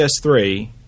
PS3